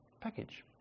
package